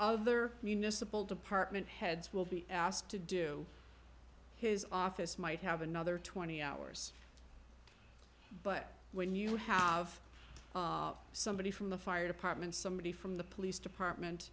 municipal department heads will be asked to do his office might have another twenty hours but when you have somebody from the fire department somebody from the police department